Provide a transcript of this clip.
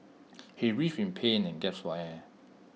he writhed in pain and gasped for air